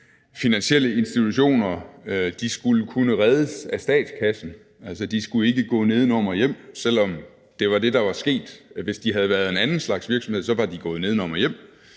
finansielle institutioner skulle kunne reddes af statskassen. Altså, de skulle ikke gå nedenom og hjem, selv om det var det, der var sket, hvis de havde været en anden slags virksomhed. Så var de gået nedenom og hjem.